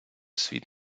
світ